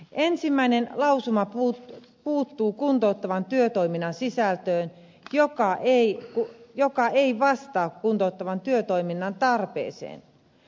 ensimmäinen lausuma puuttuu kuntouttavan työtoiminnan sisältöön joka ei vastaa kuntouttavan työtoiminnan tarvetta